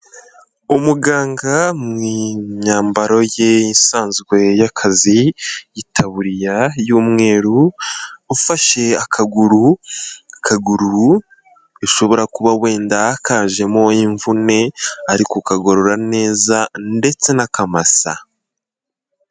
Umuganga mu myambaro ye isanzwe y'akazi mu itaburiya y'umweru ufashe akaguru, akaguru bishobora kuba wenda kajemo imvune ari kukagorora neza ndetse anakamasa.